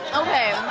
okay. um,